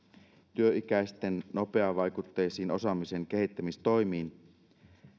työikäisten nopeavaikutteisiin osaamisen kehittämistoimiin